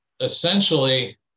essentially